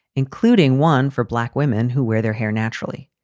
including one for black women who wear their hair naturally.